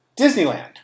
Disneyland